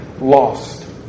lost